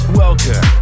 welcome